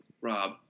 Rob